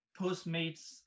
Postmates